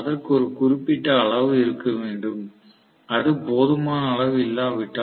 அதற்கு ஒரு குறிப்பிட்ட அளவு இருக்க வேண்டும் அது போதுமான அளவு இல்லாவிட்டால்